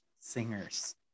singers